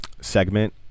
segment